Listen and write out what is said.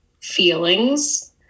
feelings